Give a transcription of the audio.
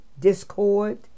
discord